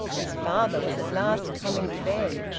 his father was at last coming to bed.